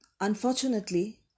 Unfortunately